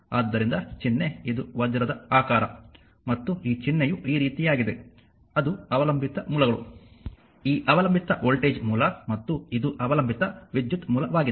ಆದ್ದರಿಂದ ಚಿಹ್ನೆ ಇದು ವಜ್ರದ ಆಕಾರ ಮತ್ತು ಈ ಚಿಹ್ನೆಯು ಈ ರೀತಿಯಾಗಿದೆ ಅದು ಅವಲಂಬಿತ ಮೂಲಗಳು ಈ ಅವಲಂಬಿತ ವೋಲ್ಟೇಜ್ ಮೂಲ ಮತ್ತು ಇದು ಅವಲಂಬಿತ ವಿದ್ಯುತ್ ಮೂಲವಾಗಿದೆ